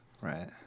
Right